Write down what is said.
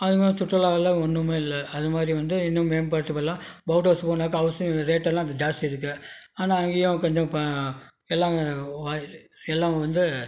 அங்கே சுற்றுலாவில் ஒன்றுமே இல்லை அது மாதிரி வந்து இன்னும் மேம்படுத்தப்படலாம் போட் ஹவுஸ் போனாக்கா ஹவுஸிங் ரேட்டல்லாம் ஜாஸ்தி இருக்குது ஆனால் அங்கேயும் கொஞ்சம் இப்போ எல்லா எல்லாம் வந்து